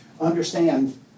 understand